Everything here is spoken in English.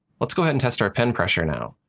let's go ahead and test our pen pressure now.